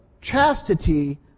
chastity